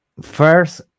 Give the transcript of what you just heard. First